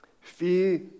Fear